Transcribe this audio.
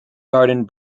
garden